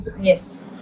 Yes